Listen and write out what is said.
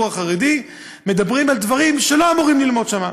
החרדי מדברים על דברים שלא אמורים ללמוד שם,